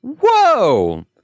Whoa